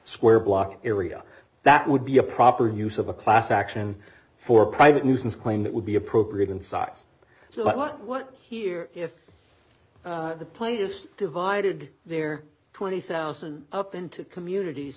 square block area that would be a proper use of a class action for private nuisance claim that would be appropriate in size so what here if the players divided their twenty thousand up into communities